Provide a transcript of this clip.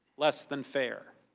less than fair.